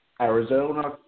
Arizona